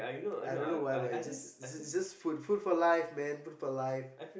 I don't know why but it's just it's just it's just food food for life man food for life